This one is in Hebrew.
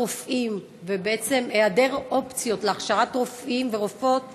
רופאים והיעדר אופציות להכשרת רופאים ורופאות